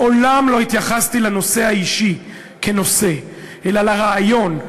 מעולם לא התייחסתי לנושא האישי כנושא אלא לרעיון,